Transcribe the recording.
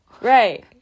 right